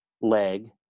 leg